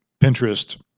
Pinterest